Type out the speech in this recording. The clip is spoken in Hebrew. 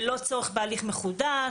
ללא צורך בהליך מחודש,